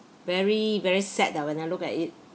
very very sad that when I look at it